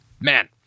Man